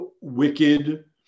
wicked